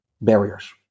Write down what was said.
barriers